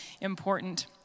important